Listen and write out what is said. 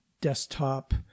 desktop